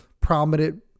prominent